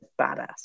badass